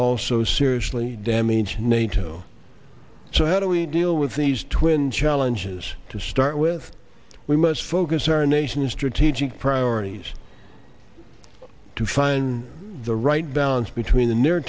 also seriously damage nato so how do we deal with these twin challenges to start with we must focus our nation's strategic priorities to find the right balance between the near